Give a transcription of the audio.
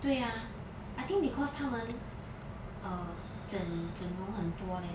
对啊 I think because 她们 err 整整容很多 leh